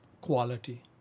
quality